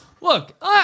Look